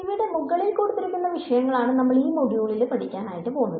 അപ്പോൾ മുകളിൽ കൊടുത്തിരിക്കുന്ന വിഷയങ്ങൾ ആണ് നമ്മൾ ഈ മോഡ്യുളിൽ പഠിക്കാൻ പോവുന്നത്